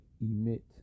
emit